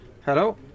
Hello